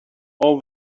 all